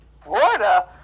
florida